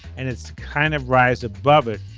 and it's kind of rise above it.